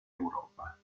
europa